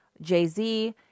Jay-Z